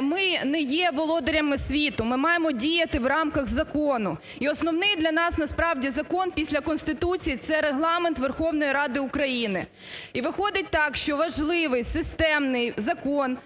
ми не є володарями світу. Ми маємо діяти в рамках закону. І основний для нас насправді закон після Конституції це Регламент Верховної Ради України. І виходить так, що важливий системний закон